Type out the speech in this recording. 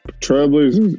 Travelers